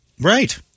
Right